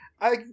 I-